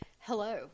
Hello